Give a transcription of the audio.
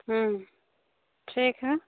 हुँ ठीक हइ